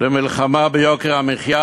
ומלחמה ביוקר המחיה,